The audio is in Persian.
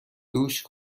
دوش